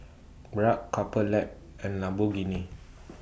Bragg Couple Lab and Lamborghini